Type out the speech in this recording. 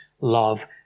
love